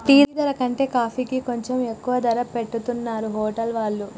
tea ధర కంటే కాఫీకి కొంచెం ఎక్కువ ధర పెట్టుతున్నరు హోటల్ వాళ్ళు